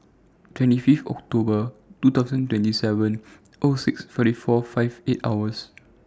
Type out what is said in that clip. twenty five October two thousand twenty seven O six forty four fifty eight hours